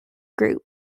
group